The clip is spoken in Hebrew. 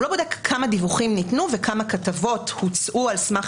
הוא לא בודק כמה דיווחים ניתנו וכמה כתבות הוצאו על סמך